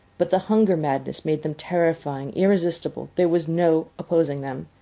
but the hunger-madness made them terrifying, irresistible. there was no opposing them.